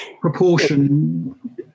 proportion